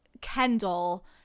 Kendall